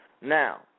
Now